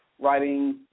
writing